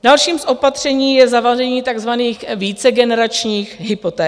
Dalším z opatření je zavedení takzvaných vícegeneračních hypoték.